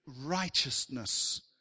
righteousness